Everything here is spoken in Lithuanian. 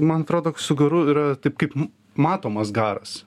man atrodo su garu yra taip kaip matomas garas